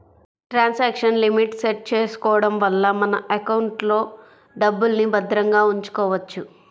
transaction limit set చేసుకోడం వల్ల మన ఎకౌంట్లో డబ్బుల్ని భద్రంగా ఉంచుకోవచ్చు